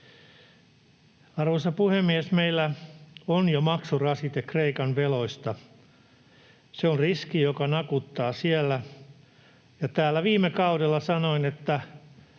Arvoisa puhemies! Meillä on jo maksurasite Kreikan veloista. Se on riski, joka nakuttaa siellä. Täällä viime kaudella sanoin, että